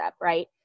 right